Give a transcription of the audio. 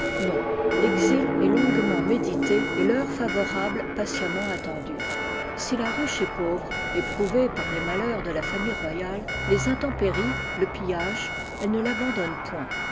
non texil est longuement médité et l'heure favorable patiemment attendue si la ruche est pauvre éprouvée par les malheurs de la famille royale les intempéries le pillage elles ne l'abandonnent point